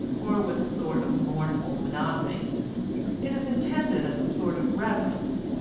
or with a sort of mournful monotony it is intended as a sort of reverence,